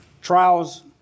Trials